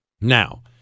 Now